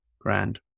Grand